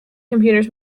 computers